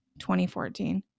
2014